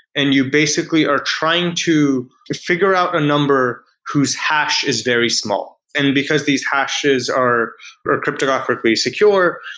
and you basically are trying to to figure out a number who's hash is very small. and because these hashes are are cryptographically secure,